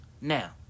now